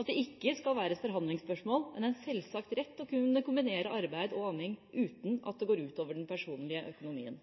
at det ikke skal være et forhandlingsspørsmål, men en selvsagt rett å kunne kombinere arbeid og amming uten at det går ut over den personlige økonomien.